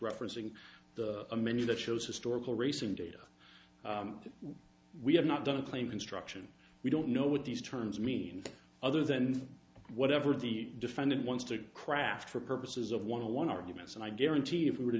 referencing a menu that shows historical research data we have not done claim construction we don't know what these terms mean other than whatever the defendant wants to craft for purposes of one of one arguments and i guarantee if you were to